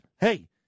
hey